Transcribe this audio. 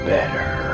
Better